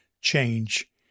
change